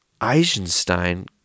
Eisenstein